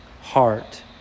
heart